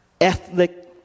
ethnic